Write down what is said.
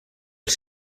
els